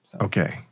Okay